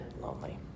lonely